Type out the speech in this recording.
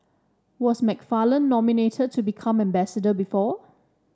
was McFarland nominated to become ambassador before